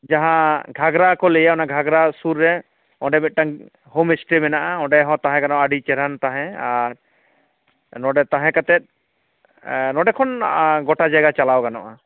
ᱡᱟᱦᱟᱸ ᱜᱷᱟᱜᱽᱨᱟ ᱠᱚ ᱞᱟᱹᱭᱟ ᱚᱱᱟ ᱜᱷᱟᱜᱽᱨᱟ ᱥᱩᱨ ᱨᱮ ᱚᱸᱰᱮ ᱢᱤᱫᱴᱟᱝ ᱦᱳᱢᱥᱴᱮ ᱢᱮᱱᱟᱜᱼᱟ ᱚᱸᱰᱮ ᱦᱚᱸ ᱛᱟᱦᱮᱸ ᱜᱟᱱᱚᱜᱼᱟ ᱟᱹᱰᱤ ᱪᱮᱨᱦᱟᱱ ᱛᱟᱦᱮᱸ ᱟᱨ ᱱᱚᱰᱮ ᱛᱟᱦᱮᱸ ᱠᱟᱛᱮᱫ ᱱᱚᱰᱮ ᱠᱷᱚᱱ ᱜᱚᱴᱟ ᱡᱟᱭᱜᱟ ᱪᱟᱞᱟᱣ ᱜᱟᱱᱚᱜᱼᱟ